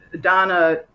Donna